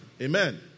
Amen